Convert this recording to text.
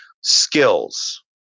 Skills